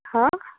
ہہ